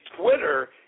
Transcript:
Twitter